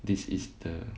this is the